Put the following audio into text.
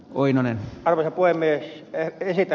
oinonen arvelee koemme heitä